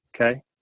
Okay